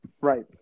Right